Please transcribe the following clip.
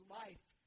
life